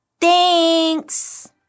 Thanks